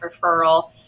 referral